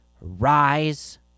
rise